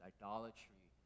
idolatry